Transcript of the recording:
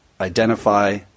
identify